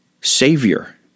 Savior